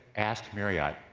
ask marriott,